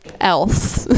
else